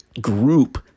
group